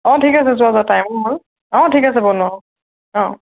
অঁ ঠিক আছে যোৱা যোৱা টাইমো হ'ল অঁ ঠিক আছে বাৰু ন অঁ